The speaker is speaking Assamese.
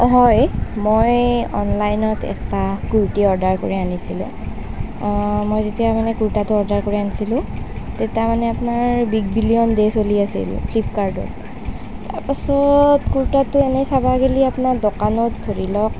অ হয় মই অনলাইনত এটা কুৰ্টি অৰ্ডাৰ কৰি আনিছিলোঁ মই যেতিয়া মানে কুৰ্টাটো অৰ্ডাৰ কৰি আনিছিলোঁ তেতিয়া মানে আপোনাৰ বিগ বিলিয়ন ডে' চলি আছিল ফ্লিপকাৰ্টত তাৰ পাছত কুৰ্তাটো এনেই চাব গেলি আপনাৰ দোকানত ধৰি লওক